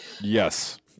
yes